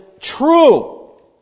true